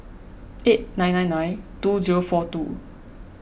eight nine nine nine two zero four two